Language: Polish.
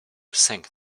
sęk